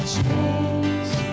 Change